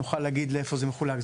נוכל להגיד לאיפה זה מחולק.